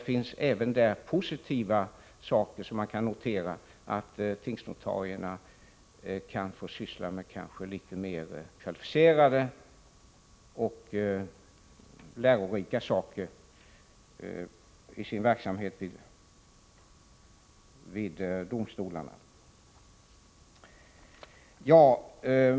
Som en positiv sak noteras att tingsnotarierna kan få syssla med litet mer kvalificerade och lärorika uppgifter i sin verksamhet vid domstolarna.